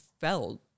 felt